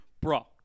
Bro